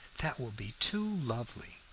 that will be too lovely!